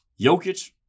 Jokic